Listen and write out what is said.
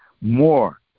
more